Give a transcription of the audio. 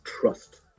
trust